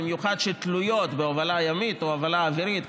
במיוחד אלה שתלויות בהובלה ימית או בהובלה אווירית,